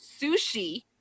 sushi